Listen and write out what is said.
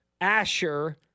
Asher